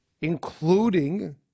including